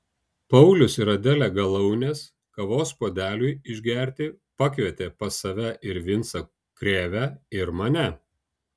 paulius ir adelė galaunės kavos puodeliui išgerti pakvietė pas save ir vincą krėvę ir mane